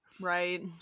Right